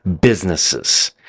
businesses